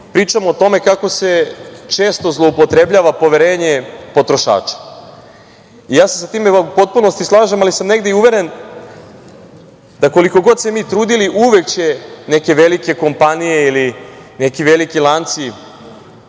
pričamo o tome kako se često zloupotrebljava poverenje potrošača i ja se sa time u potpunosti slažem, ali sam negdei uveren da, koliko god se mi trudili, uvek će neke velike kompanije ili neki veliki lanci